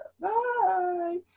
Bye